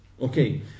Okay